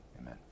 amen